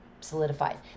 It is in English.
solidified